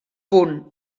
punt